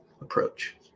approach